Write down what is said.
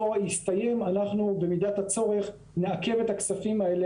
הסתיים אנחנו במידת הצורך נעכב את הכספים האלה,